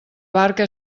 barca